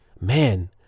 man